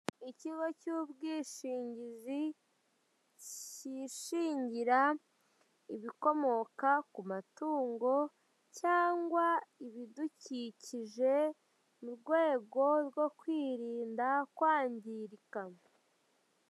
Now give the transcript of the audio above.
Ikigo cy'ubwishingizi kishingira ibikomoka ku matungo cyangwa ibidukikije mu rwego rwo kwirinda kwangirika.